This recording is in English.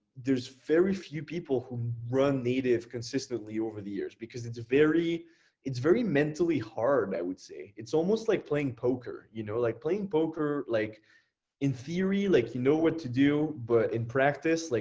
there's very few people who run native consistently over the years because it's very it's very mentally hard, i would say. it's almost like playing poker, you know like playing poker like in theory, you like know what to do. but in practice, like